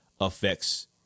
affects